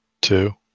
two